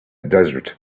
desert